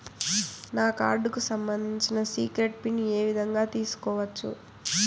నా కార్డుకు సంబంధించిన సీక్రెట్ పిన్ ఏ విధంగా తీసుకోవచ్చు?